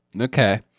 okay